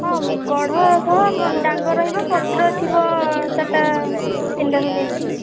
ହଁ କଢ଼ ସହ ଡାଙ୍ଗ ରହିବ ପତ୍ର ଥିବ ଚାରିଟା ତିନିଟା ଖଣ୍ଡେ ଏମିତି ଆଉ